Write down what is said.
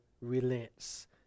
relents